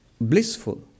blissful